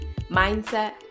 mindset